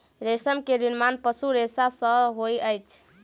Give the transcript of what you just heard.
रेशम के निर्माण पशु रेशा सॅ होइत अछि